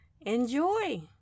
enjoy